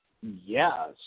Yes